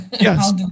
Yes